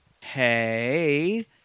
Hey